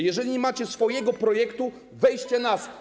Jeżeli nie macie swojego projektu, weźcie nasz.